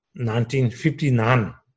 1959